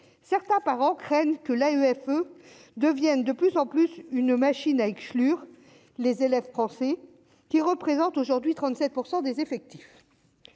certains parents craignent que l'AFE deviennent de plus en plus une machine à exclure les élèves français, qui représente aujourd'hui 37 % des effectifs